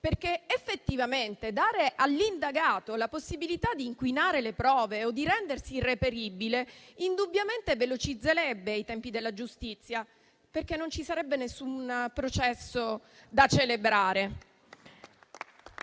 processi. Effettivamente infatti dare all'indagato la possibilità di inquinare le prove o di rendersi irreperibile indubbiamente velocizzerebbe i tempi della giustizia, perché non ci sarebbe nessun processo da celebrare.